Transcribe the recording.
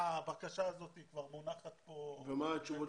הבקשה הזאת כבר מונחת פה --- ומה התשובות שקיבלתם?